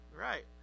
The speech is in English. Right